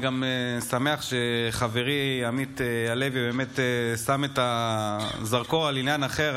אני גם שמח שחברי עמית הלוי באמת שם את הזרקור על עניין אחר,